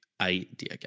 idea